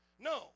No